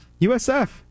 USF